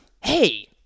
hey